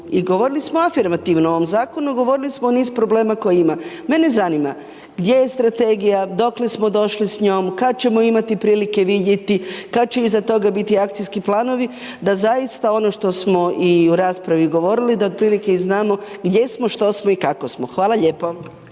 i govorili smo afirmativno o ovom zakonu, govorili smo o niz problema koji ima. Mene zanima gdje je strategija, dokle smo došli s njom, kad ćemo imati prilike je vidjeti, kad će iza toga biti akcijski planovi da zaista ono što smo i u raspravi govorili, da otprilike i znamo gdje smo, što smo i kako smo. Hvala lijepo.